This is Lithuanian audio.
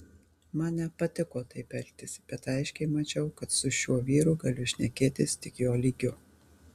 man nepatiko taip elgtis bet aiškiai mačiau kad su šiuo vyru galiu šnekėtis tik jo lygiu